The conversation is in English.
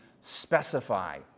specify